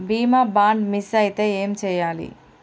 బీమా bond miss అయితే ఏం చేయాలి?